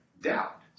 Doubt